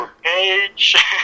Page